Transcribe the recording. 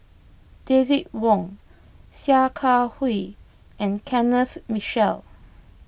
David Wong Sia Kah Hui and Kenneth Mitchell